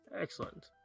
Excellent